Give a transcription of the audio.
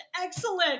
excellent